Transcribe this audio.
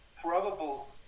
probable